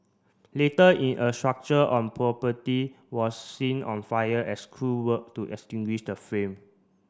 later in a structure on property was seen on fire as crew work to extinguish the flame